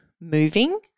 moving